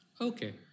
Okay